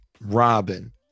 Robin